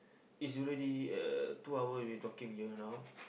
is already uh two hour we are talking you know now